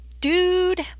Dude